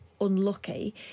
unlucky